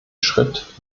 schritt